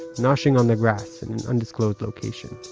noshing on the grass in an undisclosed location.